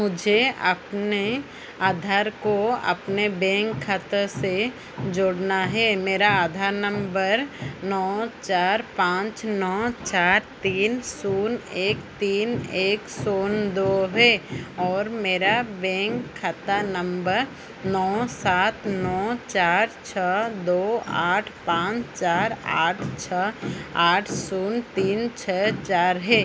मुझे अपने आधार को अपने बेंक खाते से जोड़ना हे मेरा आधार नम्बर नौ चार पाँच नौ चार तीन शून्य एक तीन एक शून्य दो है और मेरा बैंक खाता नम्बर नौ सात नौ चार छः दो आठ पाँच चार आठ छः आठ शून्य तीन छः चार है